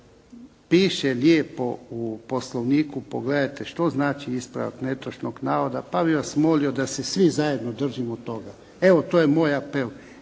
Piše lijepo u Poslovniku, pogledajte što znači ispravak netočnog navoda, pa bih vas molio da se svi zajedno držimo toga. Evo to je moj apel.